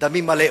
דמים מלאו".